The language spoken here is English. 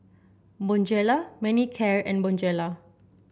Bonjela Manicare and Bonjela